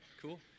cool